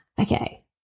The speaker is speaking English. Okay